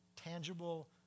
tangible